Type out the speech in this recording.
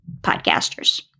podcasters